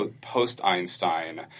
post-Einstein